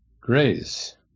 grace